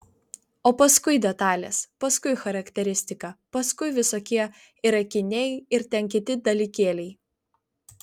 o paskui detalės paskui charakteristika paskui visokie ir akiniai ir ten kiti dalykėliai